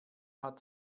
hat